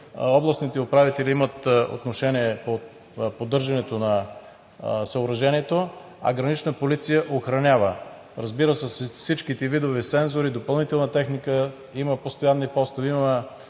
областните управители имат отношение по поддържането на съоръжението, а „Гранична полиция“ охранява, разбира се, с всичките видове сензори, допълнителна техника, има постоянни постове,